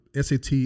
SAT